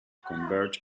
converge